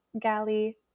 galley